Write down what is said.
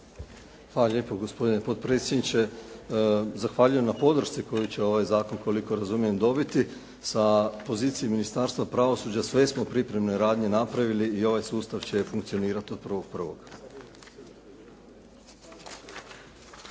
Hvala lijepo gospodine potpredsjedniče. Zahvaljujem na podršci koju će ovaj zakon, koliko razumijem, dobiti. Sa pozicije Ministarstava pravosuđa sve smo pripremne radnje napravili i ovaj sustav će funkcionirati od 1.1.